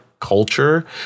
culture